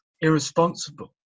irresponsible